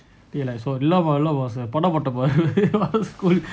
they are like இல்லபாஇல்லபாஸ்பண்ணமாட்டேன்:illapa illa pause panna maaten